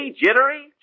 jittery